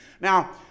Now